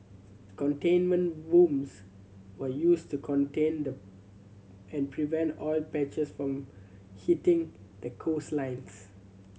containment booms were used to contain and prevent oil patches from hitting the coastlines